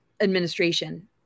administration